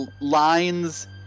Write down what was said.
lines